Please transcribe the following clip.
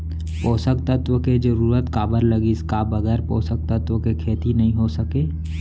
पोसक तत्व के जरूरत काबर लगिस, का बगैर पोसक तत्व के खेती नही हो सके?